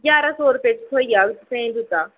ग्यारां सौ रपेऽ च थ्होई जाह्ग तुसें ई जुत्ता